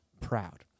proud